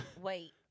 Wait